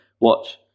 watch